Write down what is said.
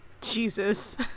Jesus